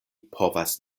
povas